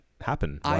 happen